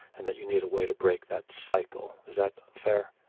and that you need a way to break that cycle. is that fair?